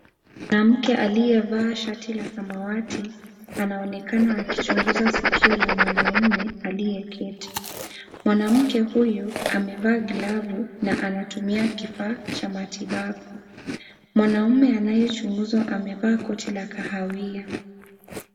Mwanamke aliyevaa shati la samawati, anaonekana akichunguza sikio la mwanaume aliyeketi. Mwanamke huyu, amevaa glovu na anatumia kifaa cha matibabu. Mwanaume anayechunguzwa, amevaa koti la kahawia.